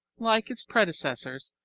like its predecessors,